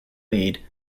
lead